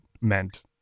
meant